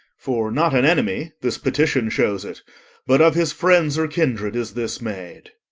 for not an enemy this petition shows it but of his friends or kindred, is this maid.